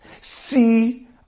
see